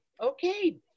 okay